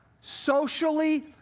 socially